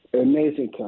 amazing